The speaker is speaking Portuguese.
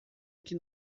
que